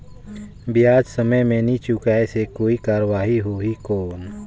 ब्याज समय मे नी चुकाय से कोई कार्रवाही होही कौन?